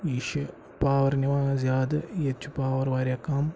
یہِ چھِ پاوَر نِوان زیادٕ ییٚتہِ چھُ پاوَر واریاہ کَم